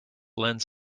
lends